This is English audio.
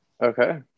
okay